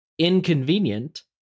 inconvenient